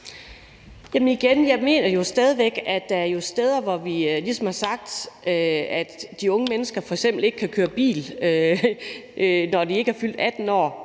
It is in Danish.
Jeg må igen sige, at det jo er sådan, at vi ligesom har sagt, at de unge mennesker f.eks. ikke må køre bil, når de ikke er fyldt 18 år.